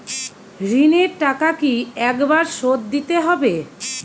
ঋণের টাকা কি একবার শোধ দিতে হবে?